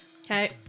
Okay